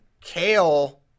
Kale